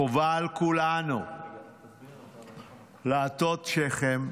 חובה על כולנו להטות שכם,